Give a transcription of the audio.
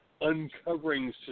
uncovering